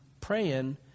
praying